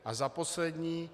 A za poslední.